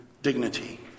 Dignity